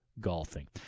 golfing